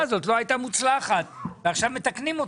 הזאת לא הייתה מוצלחת ועכשיו מתקנים אותה.